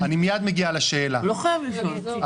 הוא לא חייב לשאול.